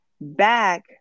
back